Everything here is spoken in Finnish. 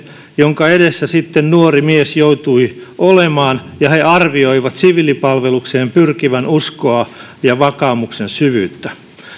jonka edessä sitten nuori mies joutui olemaan ja he arvioivat siviilipalvelukseen pyrkivän uskoa ja vakaumuksen syvyyttä